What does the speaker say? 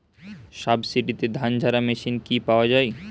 সাবসিডিতে ধানঝাড়া মেশিন কি পাওয়া য়ায়?